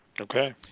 Okay